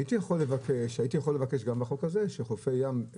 הייתי יכול לבקש גם בחוק הזה שחופי הים,